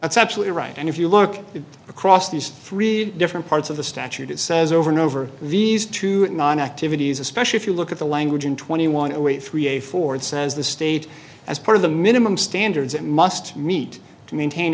that's absolutely right and if you look across these three different parts of the statute it says over and over these two activities especially if you look at the language in twenty one zero eight three a ford says the state as part of the minimum standards it must meet to maintain